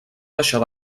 deixar